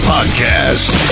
Podcast